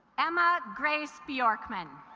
emma grace bjorkman